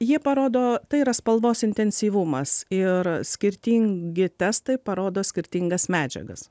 jie parodo tai yra spalvos intensyvumas ir skirtingi testai parodo skirtingas medžiagas